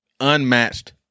unmatched